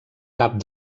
cap